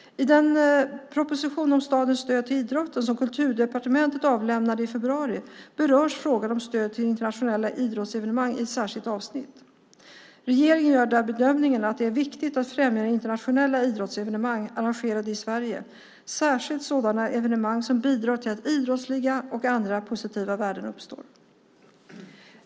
I den proposition om statens stöd till idrotten som Kulturdepartementet avlämnade i februari berörs frågan om stöd till internationella idrottsevenemang i ett särskilt avsnitt. Regeringen gör där bedömningen att det är viktigt att främja internationella idrottsevenemang arrangerade i Sverige, särskilt sådana evenemang som bidrar till att idrottsliga och andra positiva värden uppstår.